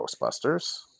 Ghostbusters